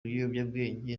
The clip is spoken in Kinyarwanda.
ry’ibiyobyabwenge